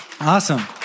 Awesome